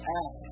ask